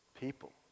People